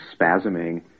spasming